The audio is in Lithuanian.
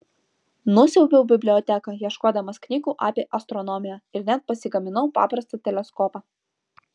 nusiaubiau biblioteką ieškodamas knygų apie astronomiją ir net pasigaminau paprastą teleskopą